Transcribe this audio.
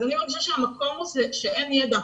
אז אני מרגישה שאין ידע,